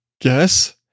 guess